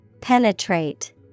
Penetrate